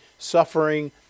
suffering